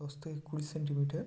প্রস্থের কুড়ি সেন্টিমিটার